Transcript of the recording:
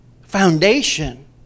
foundation